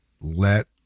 let